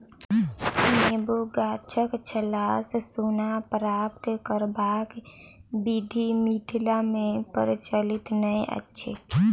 नेबो गाछक छालसँ सोन प्राप्त करबाक विधि मिथिला मे प्रचलित नै अछि